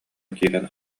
киирэн